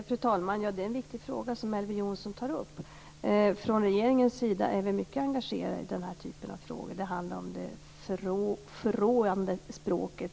Fru talman! Det är en viktig fråga som Elver Jonsson tar upp. Från regeringens sida är vi mycket engagerade i den typen av frågor. Det handlar om det förråande språket.